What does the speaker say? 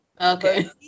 Okay